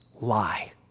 lie